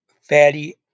fatty